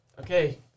Okay